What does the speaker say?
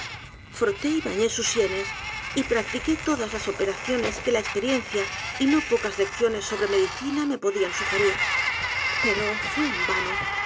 y bañé sus sienes y practiqué todas las operaciones que edgar poe novelas y cuentos la experiencia y no pocas lecciones sobre medicina me podían sugerir pero fué en vano